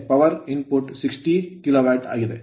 ಒಟ್ಟು stator stator ನಷ್ಟಗಳು 1 KW